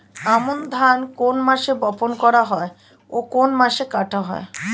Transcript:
আমন ধান কোন মাসে বপন করা হয় ও কোন মাসে কাটা হয়?